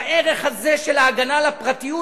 בערך הזה של ההגנה על הפרטיות,